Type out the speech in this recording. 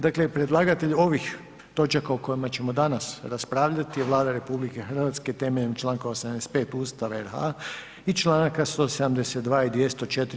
Dakle, predlagatelj ovih točaka o kojima ćemo danas raspravljati je Vlada RH, temeljem čl. 85 Ustava RH i čl. 172. i 204.